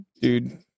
dude